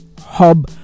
hub